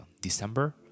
December